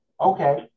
okay